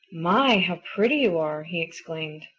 my, how pretty you are! he exclaimed.